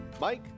Mike